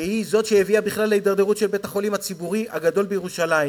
והיא שהביאה בכלל להידרדרות של בית-החולים הציבורי הגדול בירושלים,